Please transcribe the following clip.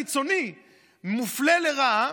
בעצם, המפעיל החיצוני מופלה לרעה,